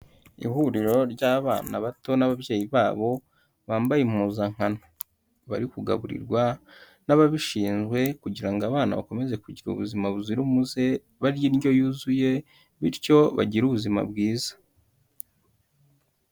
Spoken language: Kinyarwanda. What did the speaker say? Ihuriro ry'abana bato n'ababyeyi babo bambaye impuzankano, bari kugaburirwa n'ababishinzwe kugira ngo abana bakomeze kugira ubuzima buzira umuze, barya indyo yuzuye bityo bagire ubuzima bwiza.